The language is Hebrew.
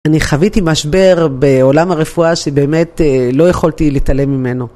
אני חוויתי משבר בעולם הרפואה שבאמת לא יכולתי להתעלם ממנו.